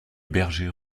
berger